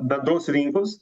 bendros rinkos